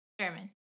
German